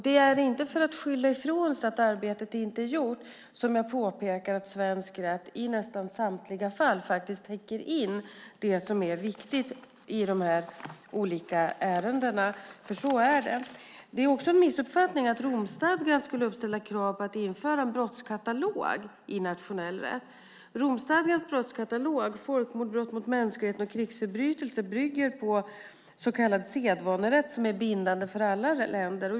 Det är inte för att skylla ifrån mig för att arbetet inte är gjort som jag påpekar att svensk rätt i nästan samtliga fall faktiskt täcker in det som är viktigt i de här olika ärendena, för så är det. Det är också en missuppfattning att Romstadgan skulle ställa krav på att det införs en brottskatalog i nationell rätt. Romstadgans brottskatalog, Folkmord, brott mot mänskligheten och krigsförbrytelser, bygger på så kallad sedvanerätt som är bindande för alla länder.